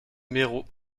méreau